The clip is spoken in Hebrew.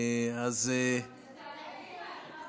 לא רק שאתם לא משנים.